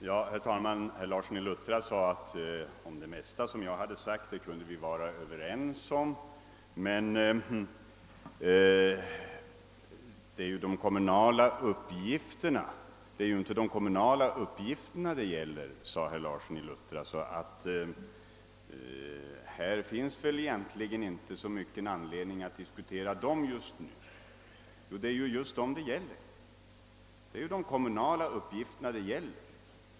Herr talman! Herr Larsson i Luttra sade ait vi kunde vara överens om det mesta som jag tidigare hade anfört. Men det är inte de kommunala uppgifterna det gäller, sade herr Larsson i Luttra, och här finns väl egentligen inte så stor anledning att diskutera dessa just nu. Jo, det är just de kommunala uppgifterna det gäller.